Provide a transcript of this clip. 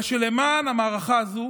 אלא שלמען המערכה הזו